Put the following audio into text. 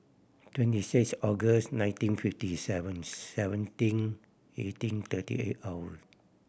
twenty six August nineteen fifty seventh seventeen eighteen thirty eight hour